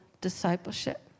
discipleship